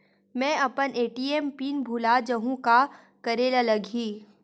मैं अपन ATM PIN भुला जहु का करे ला लगही?